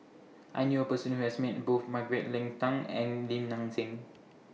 I knew A Person Who has Met Both Margaret Leng Tan and Lim Nang Seng